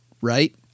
right